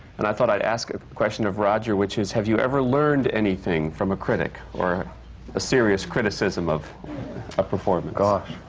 and i thought i'd ask a question of roger which is, have you ever learned anything from a critic or a serious criticism of a performance? gosh.